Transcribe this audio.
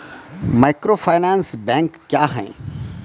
Microfinance bank क्या हैं?